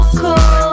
cold